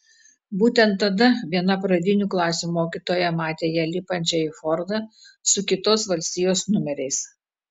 būtent tada viena pradinių klasių mokytoja matė ją lipančią į fordą su kitos valstijos numeriais